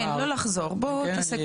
כן, לא לחזור, בוא תסכם.